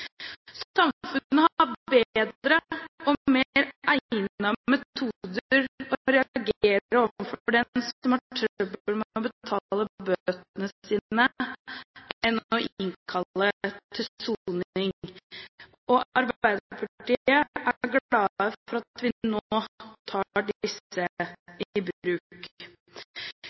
har bedre og mer egnede metoder for å reagere overfor dem som har trøbbel med å betale bøtene sine, enn å innkalle til soning. Arbeiderpartiet er glad for at vi nå tar disse i bruk.